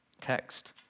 text